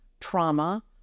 trauma